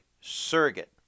surrogate